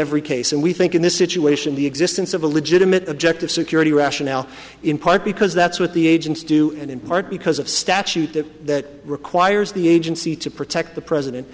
every case and we think in this situation the existence of a legitimate objective security rationale in part because that's what the agents do and in part because of statute that requires the agency to protect the president